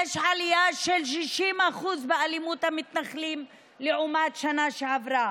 יש עלייה של 60% באלימות המתנחלים לעומת שנה שעברה.